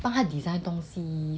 帮他 design 东西